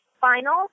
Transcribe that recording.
final